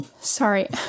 Sorry